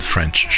French